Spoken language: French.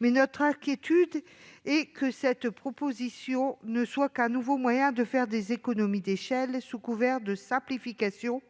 Mais notre inquiétude porte sur le fait que cette proposition n'est qu'un nouveau moyen de faire des économies d'échelle, sous couvert de simplification,